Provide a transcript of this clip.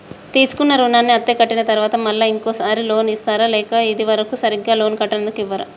తీసుకున్న రుణాన్ని అత్తే కట్టిన తరువాత మళ్ళా ఇంకో సారి లోన్ ఇస్తారా లేక ఇది వరకు సరిగ్గా లోన్ కట్టనందుకు ఇవ్వరా?